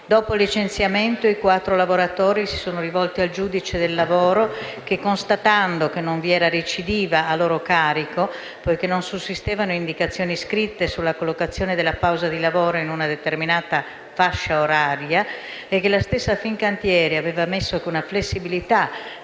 Dopo il licenziamento, i quattro lavoratori si sono rivolti al giudice del lavoro che, costatando che non vi era recidiva a loro carico, poiché non sussistevano indicazioni scritte sulla collocazione della pausa di lavoro in una determinata fascia oraria, e che la stessa Fincantieri aveva ammesso che una flessibilità